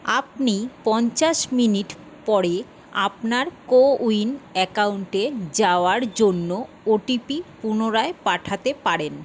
আপনি পঞ্চাশ মিনিট পরে আপনার কোউইন অ্যাকাউন্টে যাওয়ার জন্য ওটিপি পুনরায় পাঠাতে পারেন